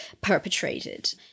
perpetrated